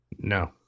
No